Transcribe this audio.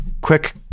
quick